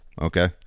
Okay